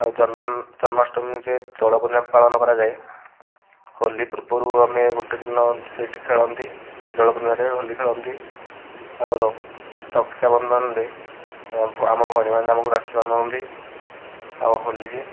ଆଉ ଜନ୍ମାଷ୍ଟମୀରେ ଦୋଳ ପୂର୍ଣ୍ଣିମା ପାଳନ କରାଯାଏ ହୋଲି ପୂର୍ବରୁ ଆମେ ଗୋଟେ ଦିନ ସେଇଠି ଖେଳନ୍ତି ଦୋଳ ପୂର୍ଣ୍ଣିମାରେ ହୋଲି ଖେଳନ୍ତି ଆଉ ରକ୍ସାବନ୍ଧନରେ ଆମ ଭଉଣୀମାନେ ଆମକୁ ରାକ୍ଷୀ ବାନ୍ଧନ୍ତି ଆଉ ହୋଲିରେ